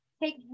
take